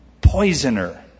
poisoner